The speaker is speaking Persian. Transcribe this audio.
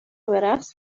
برقص